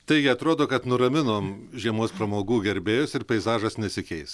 taigi atrodo kad nuraminom žiemos pramogų gerbėjus ir peizažas nesikeis